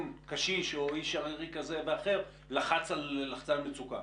קשיש או איש ערירי כזה או אחר לחץ על לחצן מצוקה?